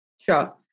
Sure